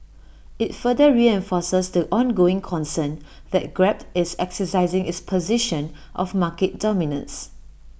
IT further reinforces the ongoing concern that grab is exercising its position of market dominance